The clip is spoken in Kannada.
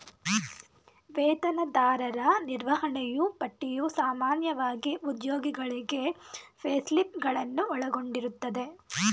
ವೇತನದಾರರ ನಿರ್ವಹಣೆಯೂ ಪಟ್ಟಿಯು ಸಾಮಾನ್ಯವಾಗಿ ಉದ್ಯೋಗಿಗಳಿಗೆ ಪೇಸ್ಲಿಪ್ ಗಳನ್ನು ಒಳಗೊಂಡಿರುತ್ತದೆ